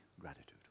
gratitude